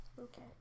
Okay